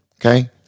Okay